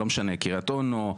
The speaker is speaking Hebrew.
קרית אונו,